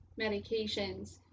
medications